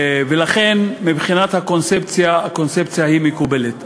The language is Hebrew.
ולכן מבחינת הקונספציה, הקונספציה היא מקובלת.